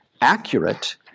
accurate